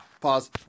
Pause